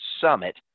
summit